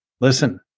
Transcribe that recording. listen